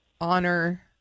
honor